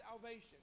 salvation